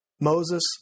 Moses